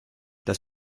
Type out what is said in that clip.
das